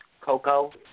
Coco